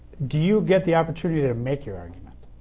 do you get the opportunity to make your argument.